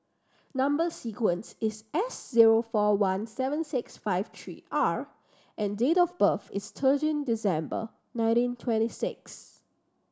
number sequence is S zero four one seven six five three R and date of birth is thirteen December nineteen twenty six